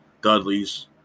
Dudleys